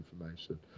information